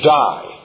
die